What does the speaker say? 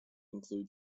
include